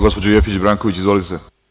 Gospođo Jefić Branković, izvolite.